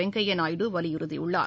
வெங்கய்யா நாயுடு வலியுறுத்தியுள்ளார்